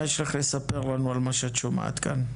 מה יש לך לספר לנו על מה שאת שומעת כאן?